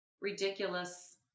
ridiculous